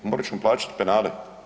Morat ćemo plaćat penale.